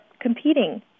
competing